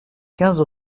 quinze